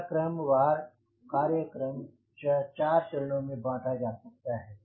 यह क्रम वार कार्य क्रम 4 चरणों में बाँटा जा सकता है